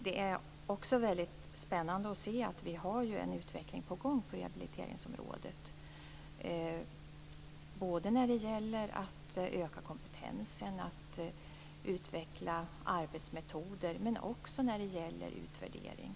Det är väldigt spännande att se att vi har en utveckling på gång på rehabiliteringsområdet när det gäller att öka kompetensen och att utveckla arbetsmetoder men också när det gäller utvärdering.